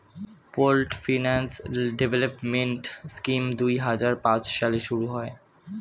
pooled finance development scheme দুই হাজার পাঁচ সালে শুরু হয়